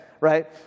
right